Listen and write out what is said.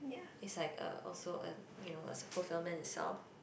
it's like a also a you know as a fulfillment itself